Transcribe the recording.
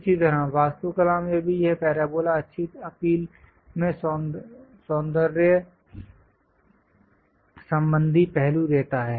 इसी तरह वास्तुकला में भी यह पैराबोला अच्छी अपील में सौंदर्य संबंधी पहलू देता है